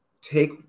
Take